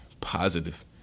positive